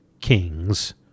kings